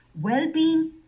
Well-being